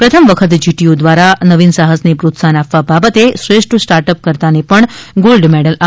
પ્રથમ વખત જીટીયુ દ્વારા નવીન સાહાસને પ્રોત્સાહન આપવા બાબતે શ્રેષ્ઠ સ્ટાર્ટઅપ કર્તાને પણ ગાલ્ડ મેડલ આપવામાં આવશે